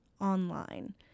online